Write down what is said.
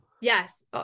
yes